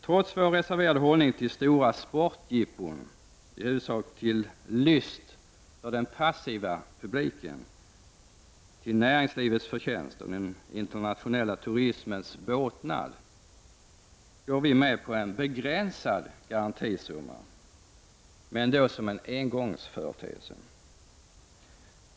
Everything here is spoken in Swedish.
Trots vår reserverade hållning till stora sportjippon, i huvudsak till lyst för den passiva publiken, till näringslivets förtjänst och den internationella turismens båtnad, går vi med på en begränsad garantisumma, men då som en engångsföreteelse.